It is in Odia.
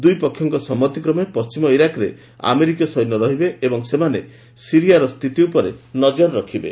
ଦୁଇ ପକ୍ଷଙ୍କ ସମ୍ମତିକ୍ରମେ ପଶ୍ଚିମ ଇରାକରେ ଆମେରିକୀୟ ସୈନ୍ୟ ରହିବେ ଏବଂ ସେମାନେ ସିରିଆ ସ୍ଥିତି ଉପରେ ନଜର ରଖିବେ